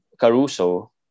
Caruso